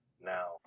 now